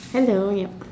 hello yup